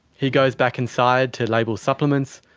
he goes back inside to label supplements,